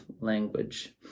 language